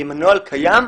אם הנוהל קיים,